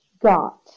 got